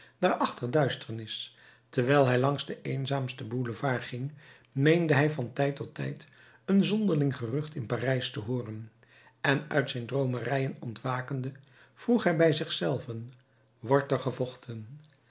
daarachter duisternis terwijl hij langs de eenzaamste boulevards ging meende hij van tijd tot tijd een zonderling gerucht in parijs te hooren en uit zijn droomerijen ontwakende vroeg hij bij zich zelven wordt er gevochten